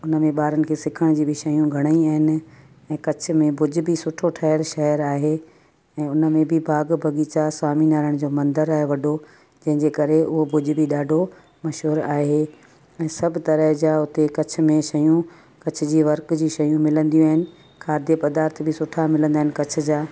उन में ॿारनि खे सिखण जी बि शयूं घणेई आहिनि ऐं कच्छ में भुज बि सुठो ठहियलु शहर आहे ऐं उन में बि बाग़ बाग़ीचा स्वामी नारायण जो मंदरु आहे वॾो जंहिंजे करे उहो भुज बि ॾाढो मशहूरु आहे ऐं सभु तरह जा उते कच्छ में शयूं कच्छ जी वर्क जी शयूं मिलंदियूं आहिनि खाद्य पदार्थ बि सुठा मिलंदा आहिनि कच्छ जा